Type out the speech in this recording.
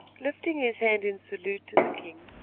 lifting his hand in salute to the king,